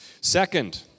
Second